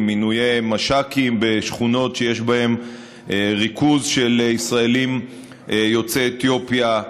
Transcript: במינויי מש"קים בשכונות שיש בהם ריכוז של ישראלים יוצאי אתיופיה,